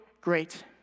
great